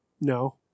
No